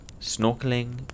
snorkeling